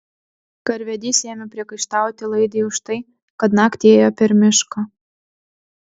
karvedys ėmė priekaištauti laidei už tai kad naktį ėjo per mišką